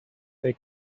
they